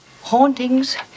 Hauntings